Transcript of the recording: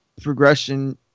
progression